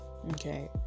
Okay